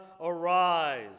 arise